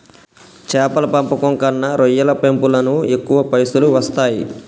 చేపల పెంపకం కన్నా రొయ్యల పెంపులను ఎక్కువ పైసలు వస్తాయి